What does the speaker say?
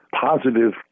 positive